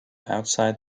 outside